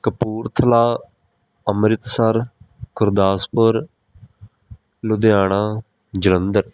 Kapurthala Amritsar Gurdaspur Ludhiana Jalandhar